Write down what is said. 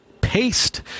Paste